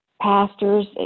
pastors